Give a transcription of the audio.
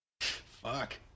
Fuck